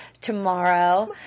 tomorrow